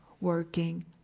working